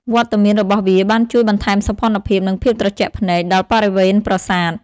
វត្តមានរបស់វាបានជួយ បន្ថែមសោភ័ណភាព និងភាពត្រជាក់ភ្នែក ដល់បរិវេណប្រាសាទ។